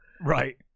right